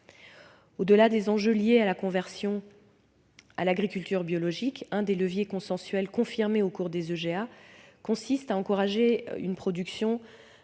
Au-delà des enjeux liés à la conversion à l'agriculture biologique, un des leviers consensuels confirmés au cours des EGA consiste à encourager une production